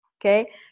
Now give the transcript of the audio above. okay